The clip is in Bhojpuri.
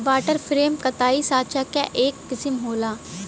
वाटर फ्रेम कताई साँचा क एक किसिम होला